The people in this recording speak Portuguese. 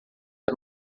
era